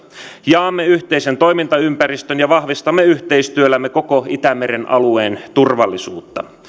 jaamme yhteisen toimintaympäristön ja vahvistamme yhteistyöllämme koko itämeren alueen turvallisuutta